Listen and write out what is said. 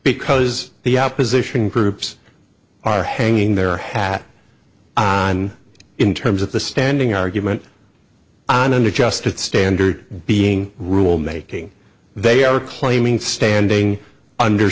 because the opposition groups are hanging their hat on in terms of the standing argument on an adjusted standard being rule making they are claiming standing under